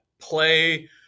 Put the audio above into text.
play